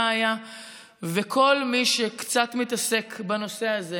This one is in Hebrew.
וכל מי שקצת מתעסק בנושא הזה